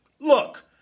Look